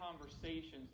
conversations